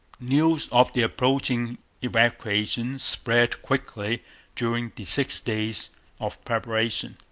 news of the approaching evacuation spread quickly during the six days of preparation.